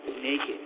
Naked